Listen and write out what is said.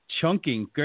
Chunking